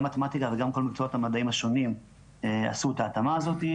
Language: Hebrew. גם מתמטיקה וגם כל מקצועות המדעים השונים עשו את ההתאמה הזאת,